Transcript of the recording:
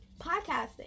podcasting